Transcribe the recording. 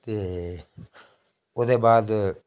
ते ओह्दे बाद